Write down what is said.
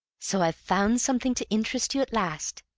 so i've found something to interest you at last!